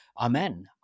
amen